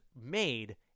made